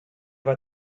war